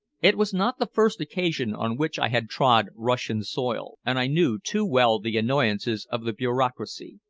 it was not the first occasion on which i had trod russian soil, and i knew too well the annoyances of the bureaucracy.